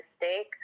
mistake